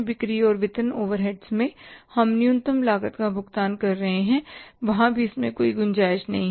बिक्री और वितरण ओवरहेड्स में हम न्यूनतम लागत का भुगतान कर रहे हैं और वहां इसमें भी कोई गुंजाईश नहीं है